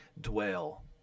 dwell